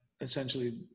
essentially